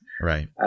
right